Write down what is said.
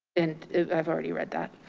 and i've already read that.